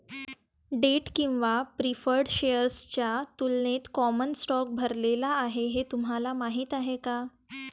Date किंवा preferred शेअर्सच्या तुलनेत कॉमन स्टॉक भरलेला आहे हे तुम्हाला माहीत आहे का?